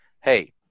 Hey